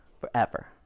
forever